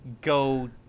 go